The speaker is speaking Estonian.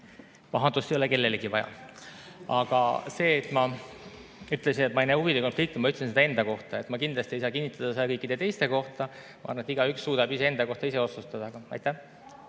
Pahandust ei ole kellelegi vaja. Aga kui ma ütlesin, et ma ei näe huvide konflikti, siis ma ütlesin seda enda kohta. Ma kindlasti ei saa kinnitada seda kõikide teiste kohta. Ma arvan, et igaüks suudab iseenda kohta ise otsuse teha.